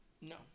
No